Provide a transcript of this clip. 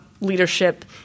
leadership